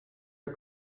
are